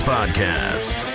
Podcast